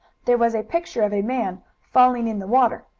there was a picture of a man falling in the water,